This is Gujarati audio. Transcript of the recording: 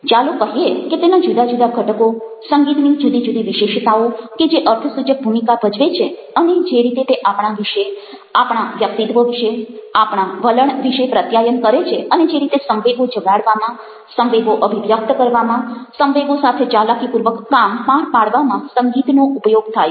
ચાલો કહીએ કે તેના જુદા જુદા ઘટકો સંગીતની જુદી જુદી વિશેષતાઓ કે જે અર્થસૂચક ભૂમિકા ભજવે છે અને જે રીતે તે આપણા વિશે આપણા વ્યક્તિત્વ વિશે આપણા વલણ વિશે પ્રત્યાયન કરે છે અને જે રીતે સંવેગો જગાડવામાં સંવેગો અભિવ્યક્ત કરવામાં સંવેગો સાથે ચાલાકીપૂર્વક કામ પાર પાડવામાં સંગીતનો ઉપયોગ થાય છે